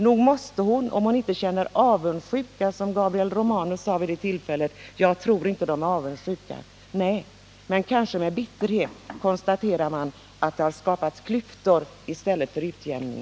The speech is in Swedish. Jag tror inte att hon är avundsjuk, som Gabriel Romanus sade vid ett tillfälle, men kanske konstaterar hon med bitterhet att det har skapats klyftor i stället för utjämning.